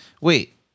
Wait